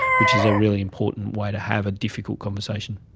which is a really important way to have a difficult conversation.